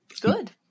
Good